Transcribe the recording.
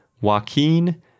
Joaquin